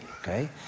okay